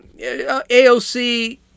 AOC